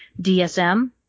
DSM